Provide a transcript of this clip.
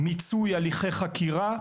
מיצוי הליכי חקירה,